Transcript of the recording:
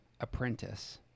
apprentice